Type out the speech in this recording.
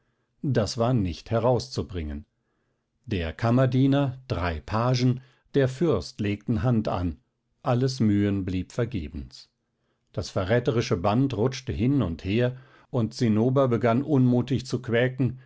das war nicht herauszubringen der kammerdiener drei pagen der fürst legten hand an alles mühen blieb vergebens das verräterische band rutschte hin und her und zinnober begann unmutig zu quäken